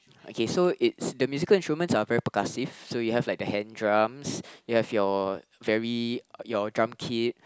okay so it's the musical instruments are very percussive so you have like the hand drums you have your very your drum kit